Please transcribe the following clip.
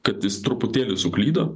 kad jis truputėlį suklydo